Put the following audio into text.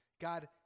God